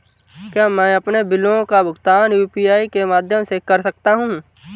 क्या मैं अपने बिलों का भुगतान यू.पी.आई के माध्यम से कर सकता हूँ?